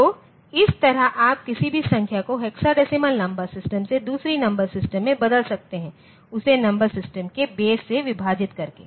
तो इस तरह आप किसी भी संख्या को डेसीमल नंबर सिस्टम से दूसरी नंबर सिस्टम में बदल सकते हैं उसे नंबर सिस्टम के बेस से विभाजित करके